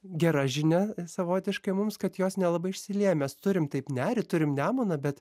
gera žinia savotiškai mums kad jos nelabai išsilieja mes turim taip nerį turim nemuną bet